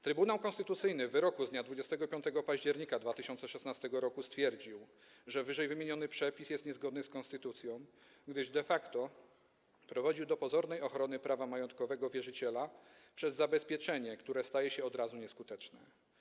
Trybunał Konstytucyjny w wyroku z dnia 25 października 2016 r. stwierdził, że ww. przepis jest niezgodny z konstytucją, gdyż de facto prowadził do pozornej ochrony prawa majątkowego wierzyciela przez zabezpieczenie, które staje się od razu nieskuteczne.